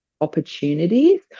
opportunities